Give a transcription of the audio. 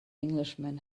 englishman